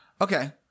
Okay